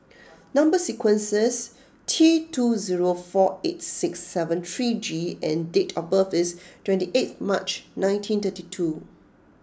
number sequence is T two zero four eight six seven three G and date of birth is twenty eighth March nineteen thirty two